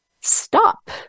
stop